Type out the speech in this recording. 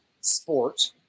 sport